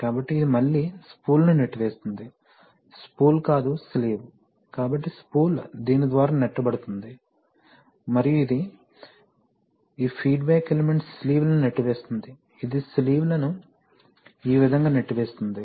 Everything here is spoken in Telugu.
కాబట్టి ఇది మళ్ళీ స్పూల్ను నెట్టివేస్తుంది స్పూల్ కాదు స్లీవ్ కాబట్టి స్పూల్ దీని ద్వారా నెట్టబడుతోంది మరియు ఇది ఈ ఫీడ్బ్యాక్ ఎలిమెంట్ స్లీవ్లను నెట్టివేస్తుంది ఇది స్లీవ్లను ఈ విధంగా నెట్టివేస్తుంది